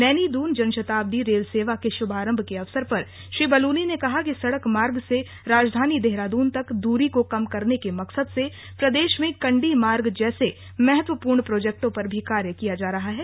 नैनी दून जनशताब्दी रेल सेवा के शुभारम्भ के अवसर पर श्री बलूनी ने कहा कि सडक मार्ग से राजधानी देहरादून तक दूरी कम को कम करने के मकसद से प्रदेश में कण्डी मार्ग जैसे महत्वपूर्ण प्रोजेक्टों पर भी कार्य किया जा रहा हे